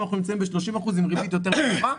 אנחנו נמצאים ב-30% עם ריבית יותר נמוכה,